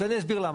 אני אסביר למה.